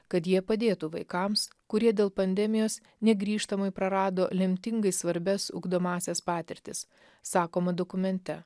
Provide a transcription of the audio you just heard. kad jie padėtų vaikams kurie dėl pandemijos negrįžtamai prarado lemtingai svarbias ugdomąsias patirtis sakoma dokumente